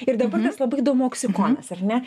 ir dabar kas labai įdomu oksikonas ar ne